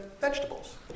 vegetables